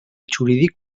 jurídic